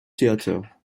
theatre